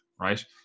Right